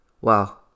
wow